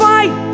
Fight